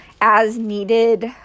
as-needed